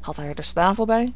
had hij er den